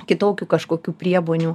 kitokių kažkokių priemonių